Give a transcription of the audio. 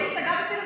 אני התנגדתי לזה.